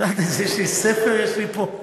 את יודעת איזה ספר יש לי פה?